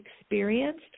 experienced